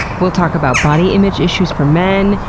we'll talk about body image issues for men.